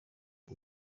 bwo